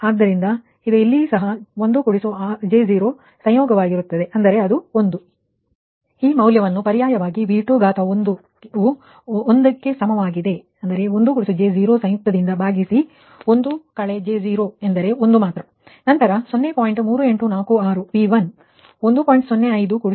ಆದ್ದರಿಂದ ಇಲ್ಲಿ ಸಹ ಇದು 1 j 0 ಸಂಯೋಗವಾಗಿರುತ್ತದೆ ಅಂದರೆ ಅದು 1 ಆದ್ದರಿಂದ ಈ ಮೌಲ್ಯವನ್ನು ಪರ್ಯಾಯವಾಗಿ V21 ವು 1 ಗೆ ಸಮಮಾಗಿದೆ 1 j0 ಸಂಯುಕ್ತದಿಂದ ಭಾಗಿಸಿ ಅಂದರೆ 1 j0 ಎಂದರೆ 1 ಮಾತ್ರ